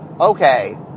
okay